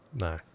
No